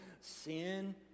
sin